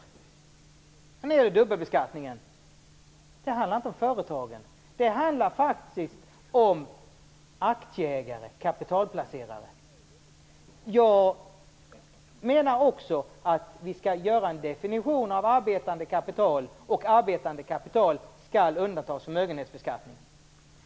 När det gäller dubbelbeskattningen handlar det inte om företagen, utan det handlar om aktieägare och kapitalplacerare. Också jag menar att vi skall göra en definition av detta med arbetande kapital och att arbetande kapital skall undantas vid förmögenhetsbeskattning.